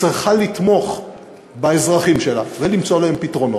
צריכה לתמוך באזרחים שלה ולמצוא להם פתרונות,